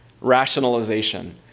rationalization